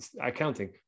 accounting